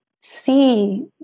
see